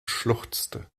schluchzte